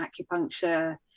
acupuncture